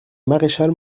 marechal